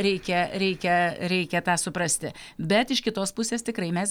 reikia reikia reikia tą suprasti bet iš kitos pusės tikrai mes